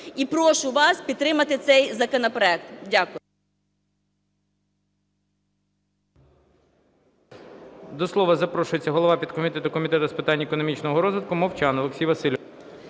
І прошу вас підтримати цей законопроект. Дякую.